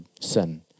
sin